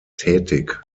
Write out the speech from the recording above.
tätig